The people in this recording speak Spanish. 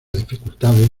dificultades